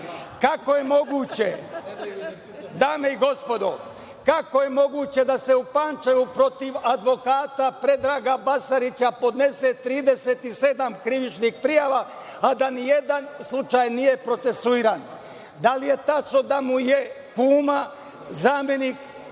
je moguće, dame i gospodo, da se u Pančevu protiv advokata Predraga Basarića podnese 37 krivičnih prijava, a da nijedan slučaj nije procesuiran? Da li je tačno da mu je kuma zamenik